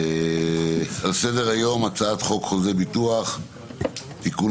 על סדר-היום הצעת חוק חוזה ביטוח (תיקון,